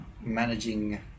managing